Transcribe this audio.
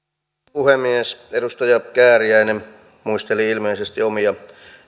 puhemies edustaja kääriäinen muisteli ilmeisesti omia